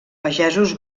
pagesos